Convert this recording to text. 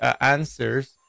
answers